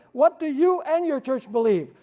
what do you and your church believe?